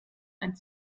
ein